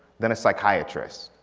then a psychiatrist.